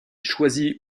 choisit